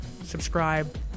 subscribe